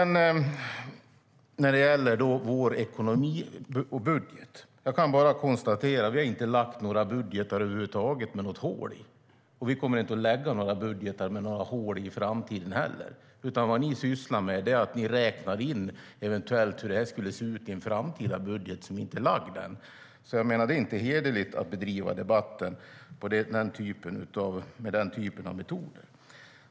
När det gäller vår ekonomi och budget kan jag bara konstatera att vi inte har lagt fram några budgetar med hål i över huvud taget, och vi kommer inte heller i framtiden att lägga fram några budgetar med hål i. Det ni sysslar med är att ni räknar in hur det eventuellt skulle se ut i en framtida budget som inte har lagts fram än. Det är inte hederligt att bedriva debatten med den typen av metoder.